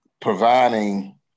providing